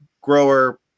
grower